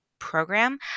Program